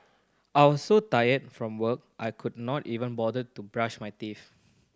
I was so tired from work I could not even bother to brush my teeth